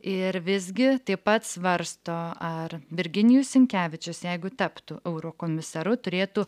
ir visgi taip pat svarsto ar virginijus sinkevičius jeigu taptų eurokomisaru turėtų